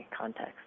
context